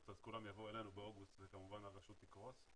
אז כולם יבואו באוגוסט וכמובן הרשות תקרוס,